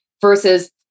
versus